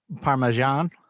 Parmesan